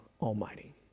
Almighty